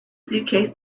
suitcase